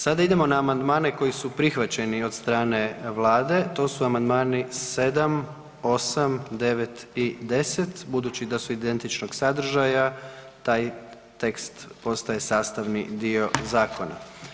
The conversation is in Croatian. Sada idemo na amandmane koji su prihvaćeni od strane Vlade, to su Amandmani 7., 8., 9. i 10. budući da su identičnog sadržaja taj tekst postaje sastavni dio zakona.